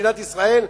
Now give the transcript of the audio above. למדינת ישראל,